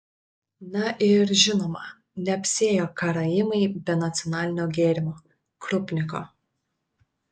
na ir žinoma neapsiėjo karaimai be nacionalinio gėrimo krupniko